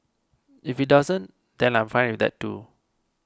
if it doesn't then I'm fine with that too